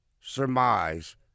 surmise